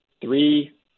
three